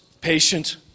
patient